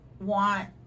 want